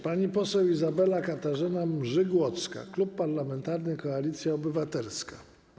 Pani poseł Izabela Katarzyna Mrzygłocka, Klub Parlamentarny Koalicja Obywatelska.